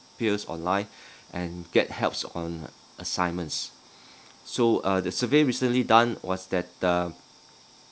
peers online and get helps on assignments so uh the survey recently done was that the